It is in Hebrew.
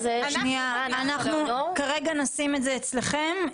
כרגע נשים את זה אצלכם,